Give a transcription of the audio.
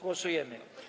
Głosujemy.